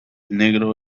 negro